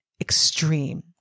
extreme